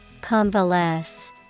Convalesce